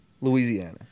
Louisiana